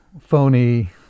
phony